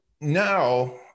now